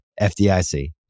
FDIC